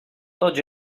tots